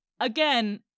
again